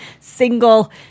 single